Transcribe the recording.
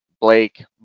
Blake